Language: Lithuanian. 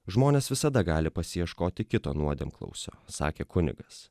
žmonės visada gali pasiieškoti kito nuodėmklausio sakė kunigas